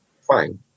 Fine